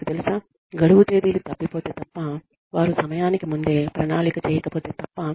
మీకు తెలుసా గడువు తేదీలు తప్పిపోతే తప్ప వారు సమయానికి ముందే ప్రణాళిక చేయకపోతే తప్ప